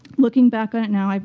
looking back ah and now, um